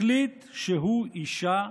החליט שהוא אישה,